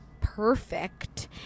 perfect